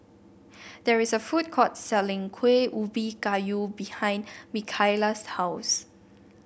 there is a food court selling Kuih Ubi Kayu behind Mikaela's house